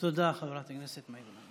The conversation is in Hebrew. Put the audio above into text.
תודה, חברת הכנסת מאי גולן.